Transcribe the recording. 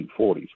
1940s